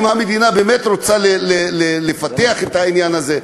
אם המדינה באמת רוצה לפתח את העניין הזה,